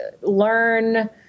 learn